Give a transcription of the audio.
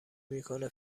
میکنه